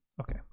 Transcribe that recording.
Okay